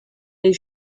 les